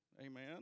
amen